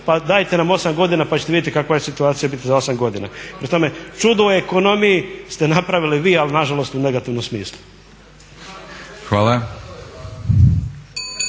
dajte nam 8 godina pa ćete vidjeti kakva će situacija biti za 8 godina. Prema tome, čudo u ekonomiji ste napravili vi ali nažalost u negativnom smislu.